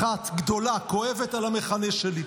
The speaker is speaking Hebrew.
אחת גדולה, כואבת, על המחנה שלי.